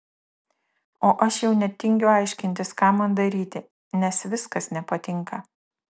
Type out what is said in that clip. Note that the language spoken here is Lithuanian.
o aš jau net tingiu aiškintis ką man daryti nes viskas nepatinka